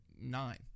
nine